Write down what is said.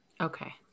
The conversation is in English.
Okay